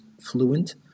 fluent